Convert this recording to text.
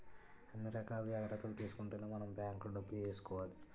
అన్ని రకాల జాగ్రత్తలు తీసుకుంటేనే మనం బాంకులో డబ్బులు ఏసుకోవాలి